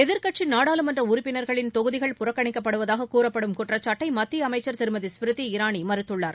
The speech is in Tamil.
எதிர்க்கட்சி நாடாளுமன்ற உறுப்பினர்களின் தொகுதிகள் புறக்கணிக்கப்படுவதாக கூறப்படும் குற்றச்சாட்டை மத்திய அமைச்சர் திருமதி ஸ்மிருதி இரானி மறுத்துள்ளார்